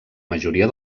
majoria